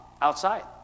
outside